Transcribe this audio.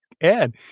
Ed